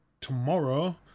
tomorrow